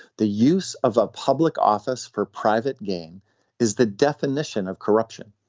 the use of ah public office for private gain is the definition of corruption.